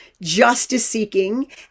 justice-seeking